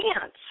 chance